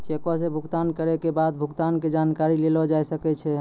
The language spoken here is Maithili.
चेको से भुगतान करै के बाद भुगतान के जानकारी लेलो जाय सकै छै